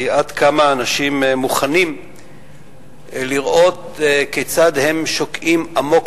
כי עד כמה אנשים מוכנים לראות כיצד הם שוקעים עמוק